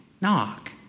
knock